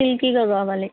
సిల్కీగా కావాలి